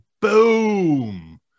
boom